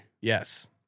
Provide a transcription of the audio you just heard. Yes